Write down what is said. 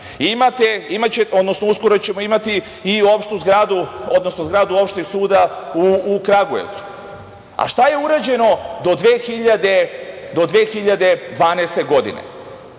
u Katanićevoj, uskoro ćemo imati i opštu zgradu, odnosno zgradu Opšteg suda u Kragujevcu. Šta je urađeno do 2012. godine?